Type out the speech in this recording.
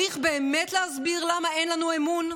באמת צריך להסביר למה אין לנו אמון?